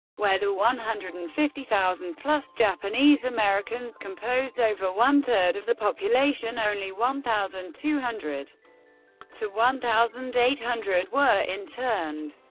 where the one hundred and fifty thousand plus japanese americans composed over one-third of the population, only one thousand two hundred to one thousand eight hundred were interned.